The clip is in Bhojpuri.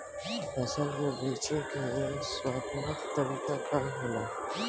फसल के बेचे के सर्वोत्तम तरीका का होला?